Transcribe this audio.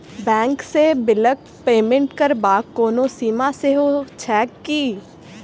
Bank सँ बिलक payment करबाक कोनो सीमा सेहो छैक की?